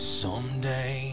someday